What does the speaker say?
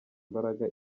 imbaraga